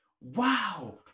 wow